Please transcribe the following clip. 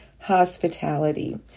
hospitality